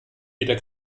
wieder